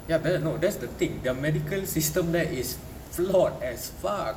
ya no that's the thing their medical system that is flawed as fuck